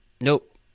Nope